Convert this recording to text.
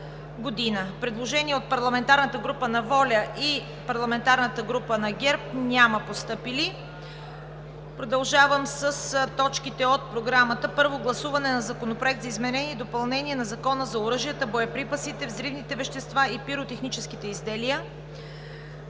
Продължавам с точките от Програмата: